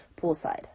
Poolside